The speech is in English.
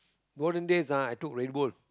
golden days ah I took Redbull